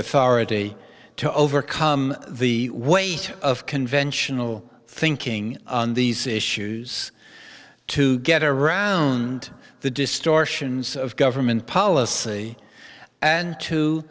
authority to overcome the weight of conventional thinking on these issues to get around the distortions of government policy and to